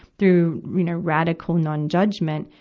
through you know radical nonjudgment,